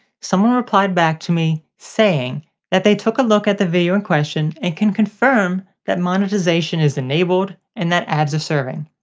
someone replied back to me saying that they took a look at the video in question, and can confirm that monetization is enabled and that ads are serving,